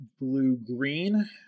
blue-green